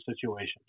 situation